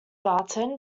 barton